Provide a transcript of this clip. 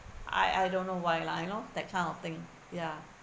I I don't know why lah you know that kind of thing ya